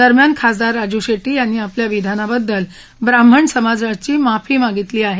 दरम्यान खासदार राजू शेट्टी यांनी आपल्या विधानाबद्दल ब्राह्मण समाजाची माफी मागितली आहे